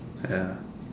ya